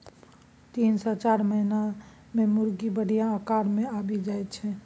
तीन सँ चारि महीना मे मुरगी बढ़िया आकार मे आबि जाइ छै